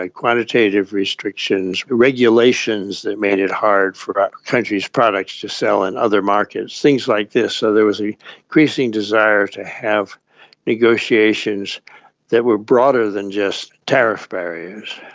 like quantitative restrictions, regulations that made it hard for a country's products to sell in other markets, things like this. so there was an increasing desire to have negotiations that were broader than just tariff barriers.